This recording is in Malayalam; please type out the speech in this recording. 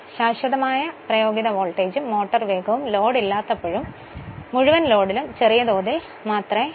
ശാശ്വതമായ പ്രയോഗിത വോൾട്ടേജും മോട്ടോർ വേഗവും ലോഡ് ഇല്ലാത്തപ്പോഴും മുഴുവൻ ലോഡിലും ചെറിയ തോതിൽ മാത്രമേ മാറുന്നുള്ളൂ